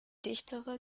dichtere